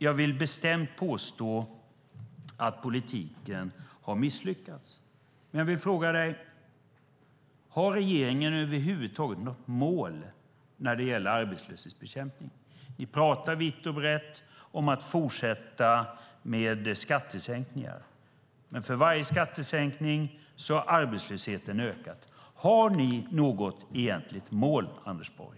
Jag vill bestämt påstå att politiken har misslyckats. Jag vill fråga om regeringen har något mål över huvud taget när det gäller arbetslöshetsbekämpningen. Regeringen talar vitt och brett om att fortsätta med skattesänkningar, men för varje skattesänkning har arbetslösheten ökat. Har ni något egentligt mål, Anders Borg?